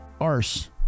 arse